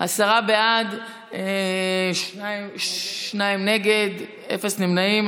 עשרה בעד, שניים נגד, אין נמנעים.